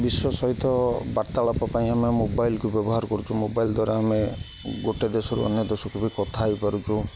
ବିଶ୍ୱ ସହିତ ବାର୍ତ୍ତାଳାପ ପାଇଁ ଆମେ ମୋବାଇଲକୁ ବ୍ୟବହାର କରୁଛୁ ମୋବାଇଲ ଦ୍ୱାରା ଆମେ ଗୋଟେ ଦେଶରୁ ଅନ୍ୟ ଦେଶକୁ ବି କଥା ହେଇପାରୁଛୁ